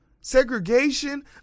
segregation